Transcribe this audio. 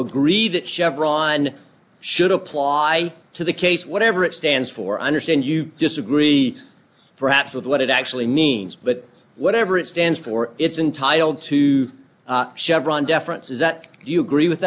agree that chevron should apply to the case whatever it stands for i understand you disagree perhaps with what it actually means but whatever it stands for it's entirely up to chevron deference is that you agree with